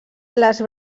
les